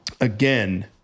again